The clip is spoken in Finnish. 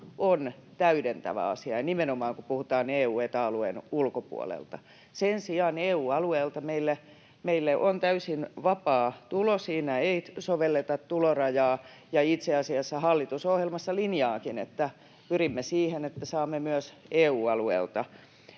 on täydentävä asia ja nimenomaan, kun puhutaan EU- ja Eta-alueen ulkopuolelta. Sen sijaan EU-alueelta meille on täysin vapaa tulo. Siinä ei sovelleta tulorajaa, ja itse asiassa hallitus ohjelmassaan linjaakin, että pyrimme siihen, että saamme myös EU-alueelta